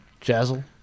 jazzle